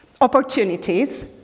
opportunities